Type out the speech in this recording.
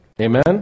Amen